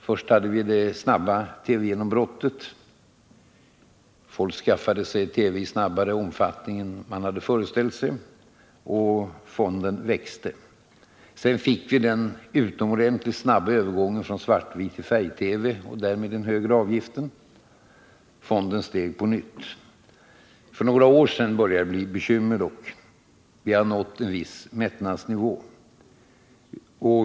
Först hade vi det snabba TV-genombrottet — folk skaffade sig TV i snabbare takt än man hade föreställt sig — och fonden växte. Sedan fick vi den utomordentligt snabba övergången från svart-vit TV till färg-TV. Därmed blev det högre avgifter, och fonden steg på nytt. För några år sedan började det dock bli bekymmer, och nu har vi nått en viss mättnadsnivå.